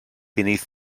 beneath